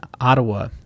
Ottawa